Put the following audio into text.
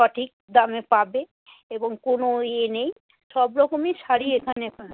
সঠিক দামে পাবে এবং কোনো ইয়ে নেই সব রকমই শাড়ি এখানে পা